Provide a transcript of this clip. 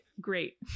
great